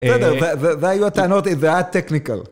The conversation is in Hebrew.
בסדר, זה היו הטענות, זה היה technical.